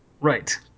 Right